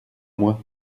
mois